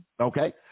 Okay